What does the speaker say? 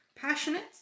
passionate